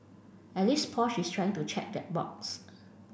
at least Porsche is trying to check that box